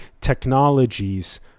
technologies